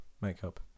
Makeup